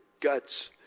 guts